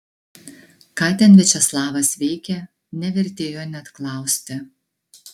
ką ten viačeslavas veikė nevertėjo net klausti